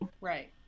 Right